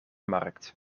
markt